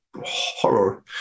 horror